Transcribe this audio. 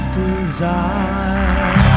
desire